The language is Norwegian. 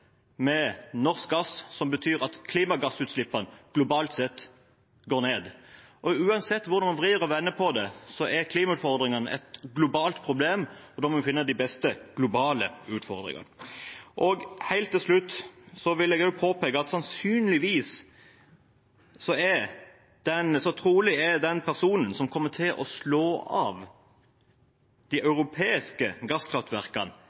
med norsk gass, som betyr at klimagassutslippene globalt sett går ned. Uansett hvordan man vrir og vender på det, er klimautfordringene et globalt problem, og da må vi finne de beste globale løsningene. Helt til slutt vil jeg også påpeke at trolig er den personen som kommer til å slå av de europeiske gasskraftverkene,